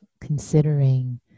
considering